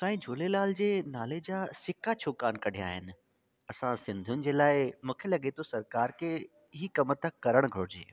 साईं झूलेलाल जे नाले जा सिक्का छो कान कढिया आहिनि असां सिंधियुनि जे लाइ मूंखे लॻे थो सराकारि खे ई कमु त करणु घुरिजे